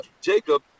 Jacob